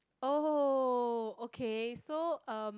oh okay so um